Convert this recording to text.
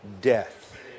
death